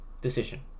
decision